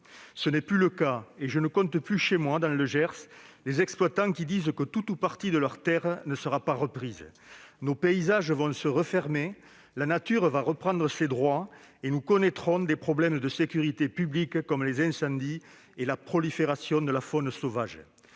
Ce n'est plus le cas et je ne compte plus, chez moi dans le Gers, les exploitants qui disent que tout ou partie de leurs terres ne seront pas reprises. Nos paysages vont se refermer, la nature va reprendre ses droits et nous connaîtrons des problèmes de sécurité publique, comme les incendies ou la prolifération de la faune sauvage.